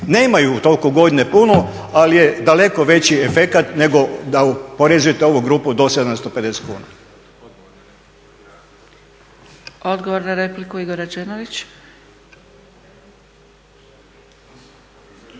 Nemaju toliko godine puno, ali je daleko veći efekat nego da oporezujete ovu grupu do 750 kuna. **Zgrebec, Dragica